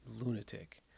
lunatic